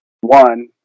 one